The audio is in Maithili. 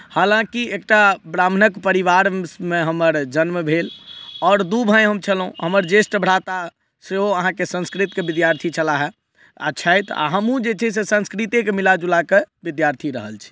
हालाँकि एकटा ब्राह्मणक परिवारमे हमर जन्म भेल आओर दू भाय हम छलहुँ हमर ज्येष्ठ भ्राता सेहो अहाँके संस्कृतके विद्यार्थी छलाह हइ आओर छथि आओर हमहुँ जे छै से संस्कृतेके मिलाजुलाके विद्यार्थी रहल छी